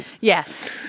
Yes